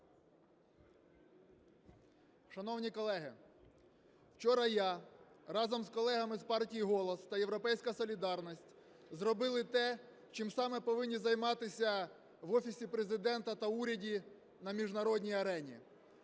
Шановні колеги, вчора я разом з колегами з партії "Голос" та "Європейська солідарність" зробили те, чим саме повинні займатися в Офісі Президента та уряді на міжнародній арені.